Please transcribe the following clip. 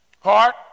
Heart